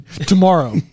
tomorrow